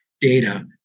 data